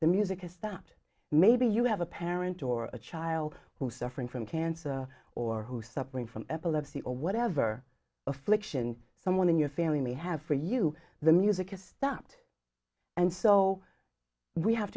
the music is that maybe you have a parent or a child who's suffering from cancer or who's suffering from epilepsy or whatever affliction someone in your family may have for you the music has stopped and so we have